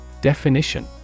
Definition